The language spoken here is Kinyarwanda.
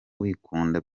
wikunda